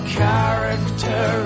character